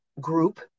group